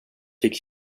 fick